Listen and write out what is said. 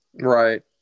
Right